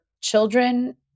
children